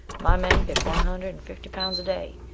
my men pick one hundred and fifty pounds a day,